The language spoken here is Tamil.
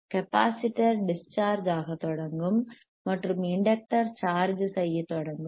கெப்பாசிட்டர் டிஸ் சார்ஜ் ஆக தொடங்கும் மற்றும் இண்டக்டர் சார்ஜ் செய்யத் தொடங்கும்